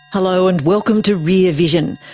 hello, and welcome to rear vision,